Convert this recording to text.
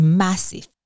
massive